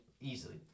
Easily